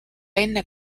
enne